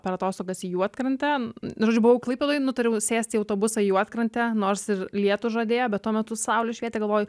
per atostogas į juodkrantę tai žodžiu buvau klaipėdoj ir nutariau sėst į autobusą į juodkrantę nors ir lietų žadėjo bet tuo metu saulė švietė galvoju